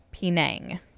Penang